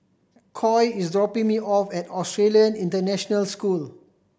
Coy is dropping me off at Australian International School